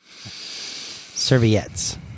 Serviettes